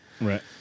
Right